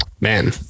man